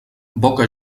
boca